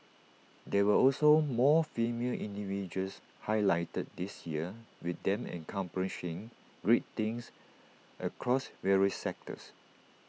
there were also more female individuals highlighted this year with them accomplishing great things across various sectors